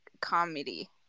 comedy